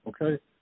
okay